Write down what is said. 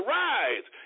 rise